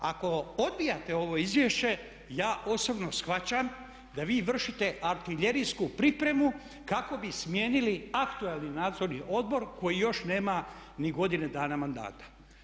Ako odbijate ovo izvješće ja osobno shvaćam da vi vršite artiljerijsku pripremu kako bi smijenili aktualni Nadzorni odbor koji još nema ni godine dana mandata.